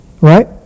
Right